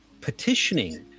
petitioning